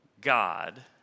God